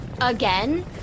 again